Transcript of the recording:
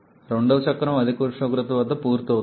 రెండవ చక్రం అధిక ఉష్ణోగ్రత వద్ద పూర్తి అవుతుంది